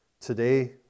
Today